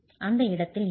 அந்த இடத்தில் இயங்கும்